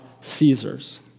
Caesar's